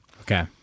Okay